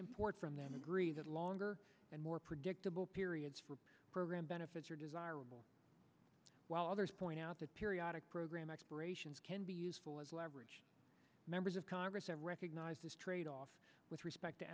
import from them agree that longer and more predictable periods for program benefit desirable while others point out that periodic program explorations can be useful as leverage members of congress have recognized this tradeoff with respect to